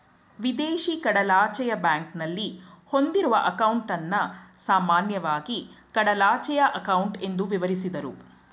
ವಿದೇಶಿ ಕಡಲಾಚೆಯ ಬ್ಯಾಂಕ್ನಲ್ಲಿ ಹೊಂದಿರುವ ಅಂಕೌಟನ್ನ ಸಾಮಾನ್ಯವಾಗಿ ಕಡಲಾಚೆಯ ಅಂಕೌಟ್ ಎಂದು ವಿವರಿಸುದ್ರು